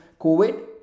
COVID